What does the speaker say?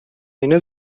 اینها